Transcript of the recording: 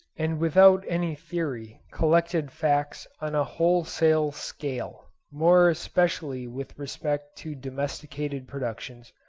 and without any theory collected facts on a wholesale scale, more especially with respect to domesticated productions,